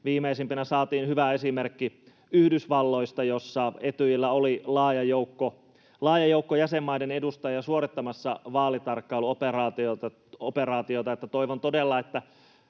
viimeisimpänä saatiin hyvä esimerkki Yhdysvalloista, missä Etyjillä oli laaja joukko jäsenmaiden edustajia suorittamassa vaalitarkkailuoperaatiota. Toivon todella, että